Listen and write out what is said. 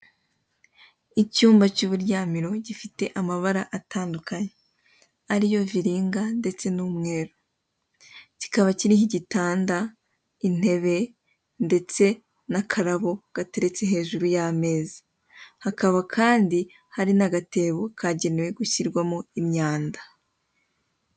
Icyumba cy'uburyamiro gifite amabara atandukanye, ariyo viringa ndetse n'umweru, kikaba kiriho igitanda, intebe, ndetse n'akarabo gateretse hejuru y'ameza. Hakaba kandi hari n'agatebo kagenewe gushyirwamo imyanda.